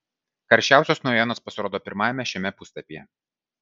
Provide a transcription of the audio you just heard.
karščiausios naujienos pasirodo pirmajame šiame puslapyje